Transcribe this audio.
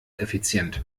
effizient